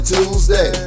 Tuesday